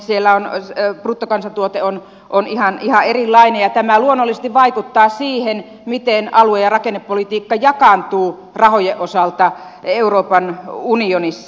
siellä bruttokansantuote on ihan erilainen ja tämä luonnollisesti vaikuttaa siihen miten alue ja rakennepolitiikka jakaantuu rahojen osalta euroopan unionissa